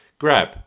Grab